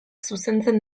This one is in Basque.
zuzentzen